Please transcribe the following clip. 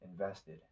invested